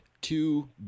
two